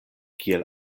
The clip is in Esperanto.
kiel